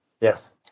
yes